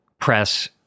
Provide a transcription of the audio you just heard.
press